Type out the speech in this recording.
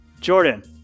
Jordan